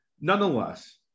nonetheless